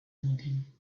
meeting